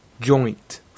joint